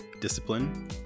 discipline